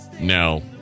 No